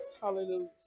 Hallelujah